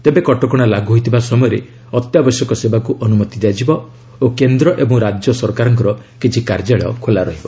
ତେବେ କଟକଣା ଲାଗୁ ହୋଇଥିବା ସମୟରେ ଅତ୍ୟାବଶ୍ୟକ ସେବାକୁ ଅନୁମତି ଦିଆଯିବ ଓ କେନ୍ଦ ଓ ରାଜ୍ୟ ସରକାରଙ୍କର କିଛି କାର୍ଯ୍ୟାଳୟ ଖୋଲା ରହିବ